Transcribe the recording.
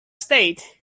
stayed